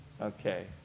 Okay